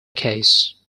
case